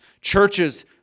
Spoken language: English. Churches